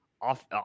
off